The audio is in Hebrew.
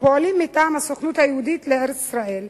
הפועלים מטעם הסוכנות היהודית לארץ-ישראל,